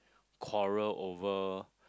quarrel over